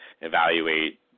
evaluate